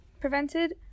prevented